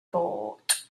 thought